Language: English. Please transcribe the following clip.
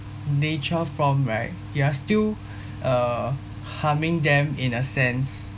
nature form right you are still uh harming them in a sense